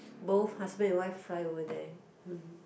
both husband and wife fly over there [huh]